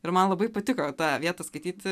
ir man labai patiko tą vietą skaityti